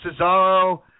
Cesaro